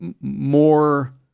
more